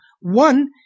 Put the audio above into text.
One